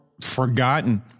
forgotten